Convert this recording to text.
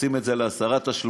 פורסים את זה לעשרה תשלומים,